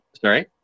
Sorry